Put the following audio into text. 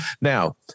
Now